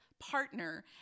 partner